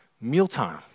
mealtime